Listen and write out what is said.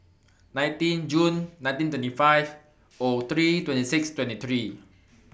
nineteen Jun nineteen twenty five O three twenty six twenty three